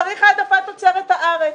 צריך העדפת תוצרת הארץ.